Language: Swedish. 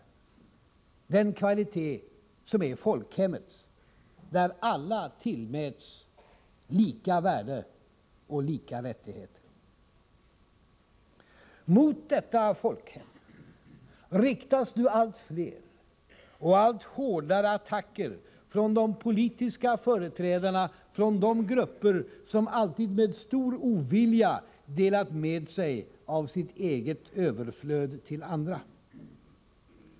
Det är den kvalitet som är folkhemmets: där alla tillmäts lika värde och lika rättigheter. Mot detta folkhem riktas nu allt fler och allt hårdare attacker från de politiska företrädarna för de grupper som alltid med stor ovilja delat med sig av sitt eget överflöd till andra.